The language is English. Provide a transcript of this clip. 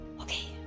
Okay